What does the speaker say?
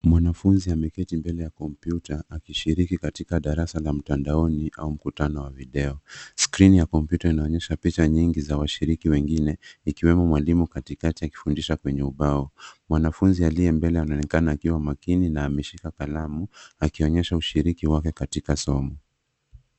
Mwanafunzi ameketi mbele ya kompyuta akishiriki katika darasa la mtandaoni au mkutano wa video. Skrini ya kompyuta inaonyesha picha nyingi za washiriki wengine ikiwemo mwalimu katikati akifundisha kwenye ubao. Mwanafunzi aliye mbele anaonekana akiwa makini na ameshia kalamu akionyesha ushiriki wake katika somo.